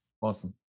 Awesome